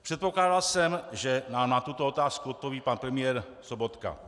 Předpokládal jsem, že nám na tuto otázku odpoví pan premiér Sobotka.